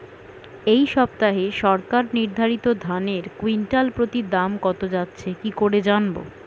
এই সপ্তাহে সরকার নির্ধারিত ধানের কুইন্টাল প্রতি দাম কত যাচ্ছে কি করে জানবো?